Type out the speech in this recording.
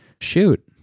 shoot